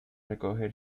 recoger